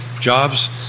jobs